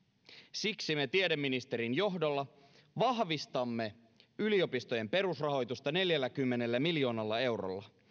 siksi me tiedeministerin johdolla vahvistamme yliopistojen perusrahoitusta neljälläkymmenellä miljoonalla eurolla